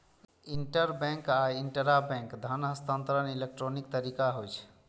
interbank आ intrabank धन हस्तांतरण इलेक्ट्रॉनिक तरीका होइ छै